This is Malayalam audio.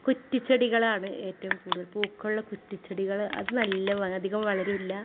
കുറ്റിച്ചെടികളാണ് ഏറ്റവും കൂടുതൽ പൂക്കളുള്ള കുറ്റി ചെടികൾ അതു നല്ല അധികം വളരില്ല